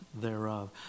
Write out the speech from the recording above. thereof